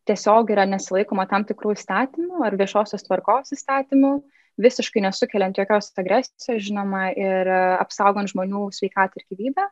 tiesiog yra nesilaikoma tam tikrų įstatymų ar viešosios tvarkos įstatymo visiškai nesukeliant jokios agresijos žinoma ir apsaugant žmonių sveikatą gyvybę